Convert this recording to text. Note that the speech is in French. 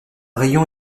rayon